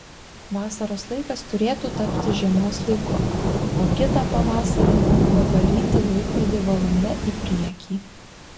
vasaros laikas turėtų tapti žiemos laiku o kitą pavasarį pavaryti laikrodį valanda į priekį